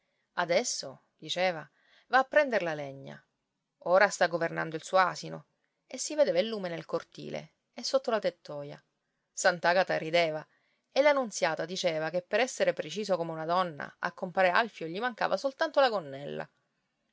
adesso diceva va a prender la legna ora sta governando il suo asino e si vedeva il lume nel cortile e sotto la tettoia sant'agata rideva e la nunziata diceva che per essere preciso come una donna a compare alfio gli mancava soltanto la gonnella